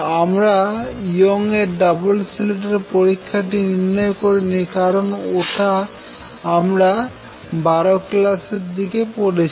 আমরা ইয়ং এর double slit এর পরীক্ষাটি নির্ণয় করিনি কারন ওটা আমরা বারো ক্লাশের দিকে পড়েছি